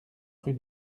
rue